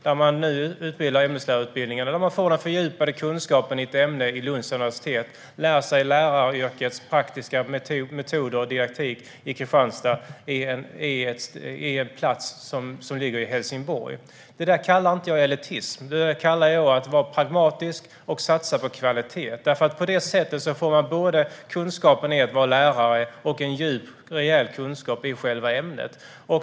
De som utbildas till ämneslärare får den fördjupade kunskapen i ett ämne vid Lunds universitet och lär sig läraryrkets praktiska metoder och didaktik vid högskolan i Kristianstad men på plats i Helsingborg. Det kallar inte jag för elitism. Det kallar jag att vara pragmatisk och satsa på kvalitet. På det sättet får man nämligen både kunskapen i att vara lärare och en djup och rejäl kunskap i själva ämnet.